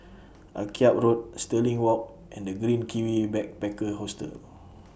Akyab Road Stirling Walk and The Green Kiwi Backpacker Hostel